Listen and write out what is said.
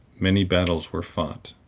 many battles were fought,